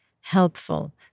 helpful